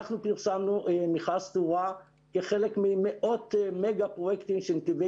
אנחנו פרסמנו מכרז תאורה כחלק ממאות מגה פרויקטים שנתיבי